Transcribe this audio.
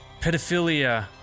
Pedophilia